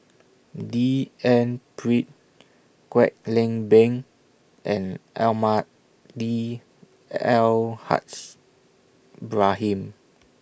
D N Pritt Kwek Leng Beng and Almahdi Al Haj Ibrahim